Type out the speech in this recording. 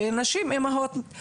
שנשים אימהות,